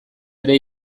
ere